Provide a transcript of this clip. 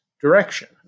direction